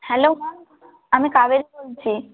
hello ma'am আমি কাবেরি বলছি